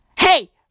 Hey